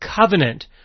covenant